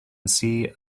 see